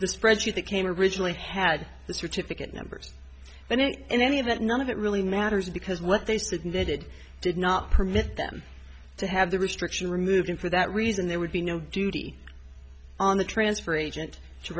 the spreadsheet that came originally had the certificate numbers and any of that none of it really matters because what they submitted did not permit them to have the restriction removed and for that reason there would be no duty on the transfer agent to